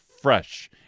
fresh